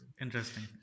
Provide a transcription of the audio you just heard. Interesting